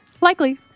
Likely